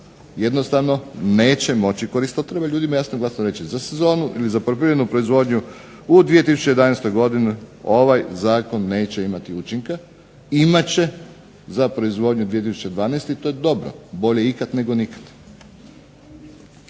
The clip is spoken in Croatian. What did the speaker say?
jednostavno neće moći koristiti, to treba ljudima jasno i glasno reći, za sezonu ili za poljoprivrednu proizvodnju u 2011. Ovaj zakon neće imati učinka, imati će za proizvodnju 2012. I to je dobro, bolje ikada nego nikada.